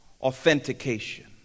authentication